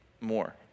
more